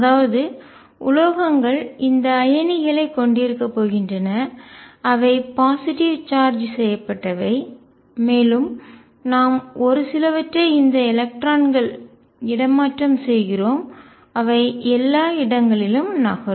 அதாவது உலோகங்கள் இந்த அயனிகளைக் கொண்டிருக்கப் போகின்றன அவை பாசிட்டிவ் சார்ஜ் செய்யப்பட்டவை மேலும் நாம் ஒரு சிலவற்றைச் இந்த எலக்ட்ரான்கள் இடமாற்றம் செய்கிறோம் அவை எல்லா இடங்களிலும் நகரும்